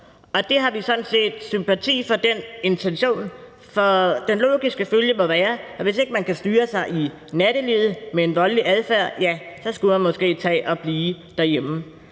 har vi sådan set sympati for, for den logiske følge må være, at hvis ikke man kan styre sig i nattelivet med en voldelig adfærd, skulle man måske tage og blive derhjemme.